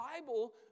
Bible